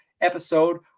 episode